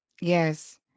Yes